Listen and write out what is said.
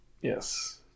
Yes